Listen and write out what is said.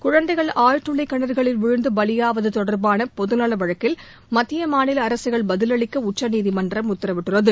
குழந்தைகள் ஆழ்துளை கிணறுகளில் விழுந்து பலியாவது தொடர்பான பொதுநல வழக்கில் மத்திய மாநில அரசுகள் பதிலளிக்க உச்சநீதிமன்றம் உத்தரவிட்டுள்ளது